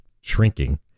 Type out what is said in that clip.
shrinking